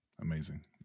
Amazing